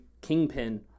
kingpin